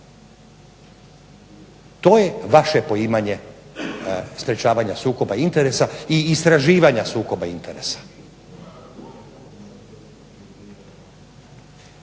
To je vaše poimanje sprečavanja sukoba interesa i istraživanja sukoba interesa.